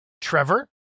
trevor